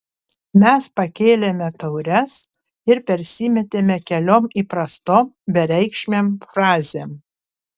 mes pakėlėme taures ir persimetėme keliom įprastom bereikšmėm frazėm